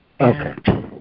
Okay